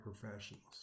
professionals